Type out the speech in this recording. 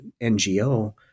NGO